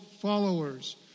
followers